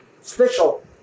special